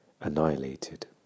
annihilated